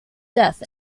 death